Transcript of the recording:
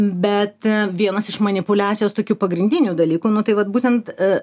bet vienas iš manipuliacijos tokių pagrindinių dalykų nu tai vat būtent